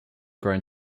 grown